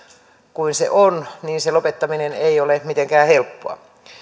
kuin se on se lopettaminen ei ole mitenkään helppoa